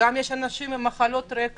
ויש גם אנשים עם מחלות רקע,